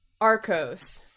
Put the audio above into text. Arcos